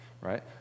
right